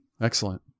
Excellent